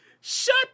Shut